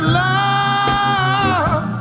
love